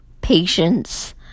patience